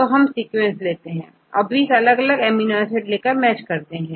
तो हम सीक्वेंस लेते हैं और 20 अलग अलग अमीनो एसिड लेकर मैचिंग करते हैं